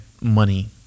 money